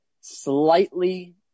slightly